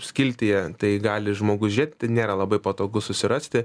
skiltyje tai gali žmogus žėgt nėra labai patogu susirasti